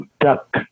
duck